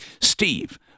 Steve